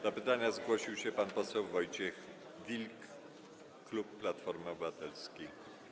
Do pytania zgłosił się pan poseł Wojciech Wilk, klub Platformy Obywatelskiej.